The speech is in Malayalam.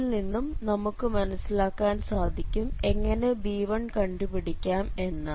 ഇതിൽ നിന്നും നമുക്ക് മനസ്സിലാക്കാൻ സാധിക്കും എങ്ങനെ b1 കണ്ടുപിടിക്കാം എന്ന്